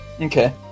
Okay